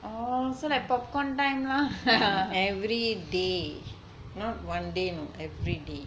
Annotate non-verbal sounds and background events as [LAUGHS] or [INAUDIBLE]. oh so like popcorn time lah [LAUGHS]